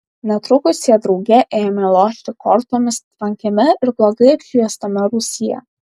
netrukus jie drauge ėmė lošti kortomis tvankiame ir blogai apšviestame rūsyje